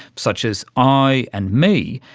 such as i and me,